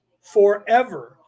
forever